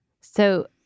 So-